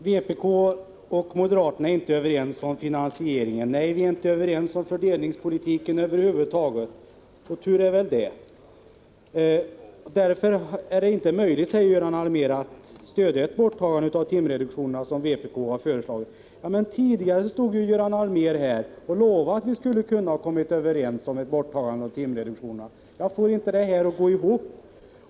Herr talman! Vpk och moderaterna är inte överens om finansieringen. Nej, vi är inte överens om fördelningspolitiken över huvud taget, och tur är väl det. Därför är det inte möjligt, säger Göran Allmér, att stödja ett borttagande av timreduktionerna som vpk har föreslagit. Men tidigare stod Göran Allmér här och lovade att vi skulle kunna komma överens om ett borttagande av timreduktionerna. Jag får inte detta att gå ihop.